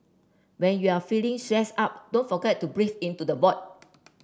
when you are feeling stressed out don't forget to breathe into the void